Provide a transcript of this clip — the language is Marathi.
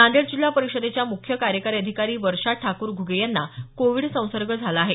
नांदेड जिल्हा परिषदेच्या मुख्य कार्यकारी अधिकारी वर्षा ठाकूर घुगे यांना कोविड संसर्ग झाला आहे